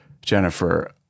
Jennifer